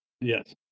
Yes